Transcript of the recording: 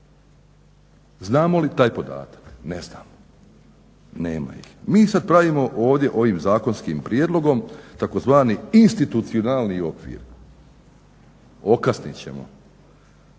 Znamo li taj podatak? Ne znamo, nema ih. Mi sad pravimo ovdje ovim zakonskim prijedlogom tzv. institucionalni okvir, okasnit ćemo.